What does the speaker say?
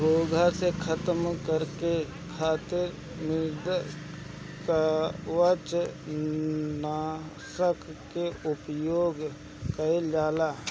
घोंघा के खतम करे खातिर मृदुकवच नाशक के उपयोग कइल जाला